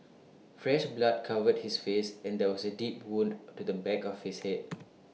fresh blood covered his face and there was A deep wound to the back of his Head